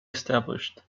established